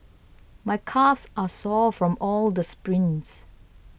My calves are sore from all the sprints